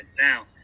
Now